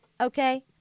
Okay